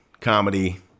Comedy